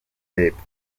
y’epfo